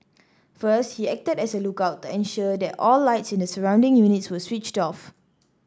first he acted as a lookout to ensure that all lights in the surrounding units were switched off